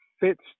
fits